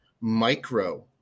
micro